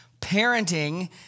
Parenting